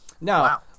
Now